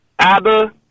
ABBA